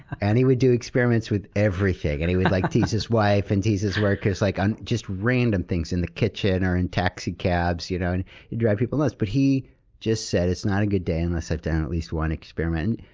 and he would do experiments with everything, and he would like teach his wife, and teach workers, like on just random things in the kitchen or in taxi cabs. you know he'd drive people nuts. but he just said, it's not a good day unless i've done at least one experiment.